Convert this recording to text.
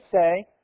say